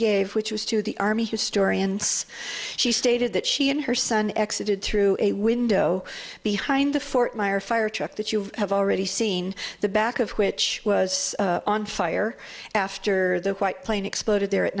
gave which was to the army historians she stated that she and her son exit it through a window behind the fort myer fire truck that you have already seen the back of which was on fire after the white plane exploded there at